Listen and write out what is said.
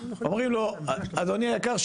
אומרים לו "אדוני היקר,